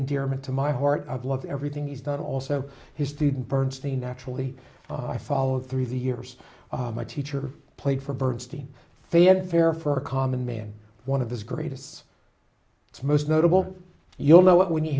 endearment to my heart of love everything he's done also his student bernstein actually i followed through the years my teacher played for bernstein fanfare for a common man one of his greatest it's most notable you'll know it when you